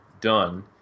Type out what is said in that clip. done